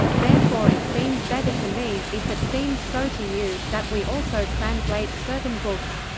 therefore it seems better to me, if it seems so to you, that we also translate certain books.